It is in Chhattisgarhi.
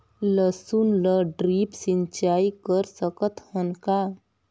लसुन ल ड्रिप सिंचाई कर सकत हन का?